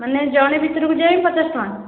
ମାନେ ଜଣେ ଭିତରକୁ ଯାଇ ପଚାଶ ଟଙ୍କା